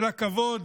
של הכבוד,